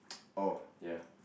oh ya